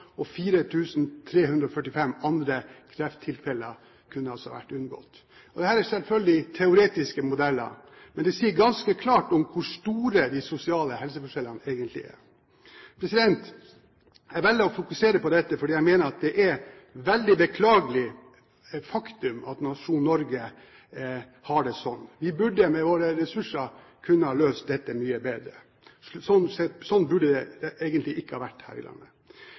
og 4 345 andre krefttilfeller kunne altså vært unngått. Dette er selvfølgelig teoretiske modeller, men det sier ganske klart hvor store de sosiale helseforskjellene egentlig er. Jeg velger å fokusere på dette fordi jeg mener at det er et veldig beklagelig faktum at nasjonen Norge har det sånn. Vi burde med våre ressurser kunne løse dette mye bedre. Sånn burde det egentlig ikke vært her i landet.